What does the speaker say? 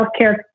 healthcare